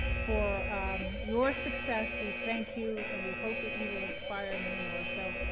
for your success we thank you and we hope that you will inspire many more. so,